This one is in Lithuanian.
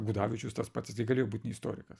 gudavičiaus tas pats jis gi galėjo būt ne istorikas